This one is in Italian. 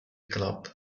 club